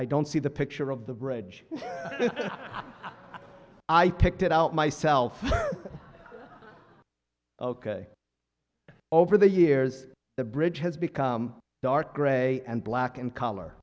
i don't see the picture of the bridge i picked it out myself over the years the bridge has become dark gray and black in color